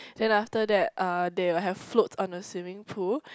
then after that uh they will have floats on a swimming pool